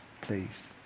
please